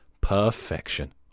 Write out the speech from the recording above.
Perfection